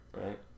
right